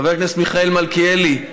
חבר הכנסת מיכאל מלכיאלי,